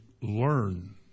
learn